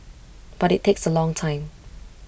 but IT takes A long time